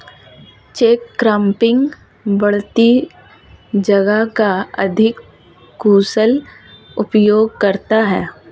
catch cropping बढ़ती जगह का अधिक कुशल उपयोग करता है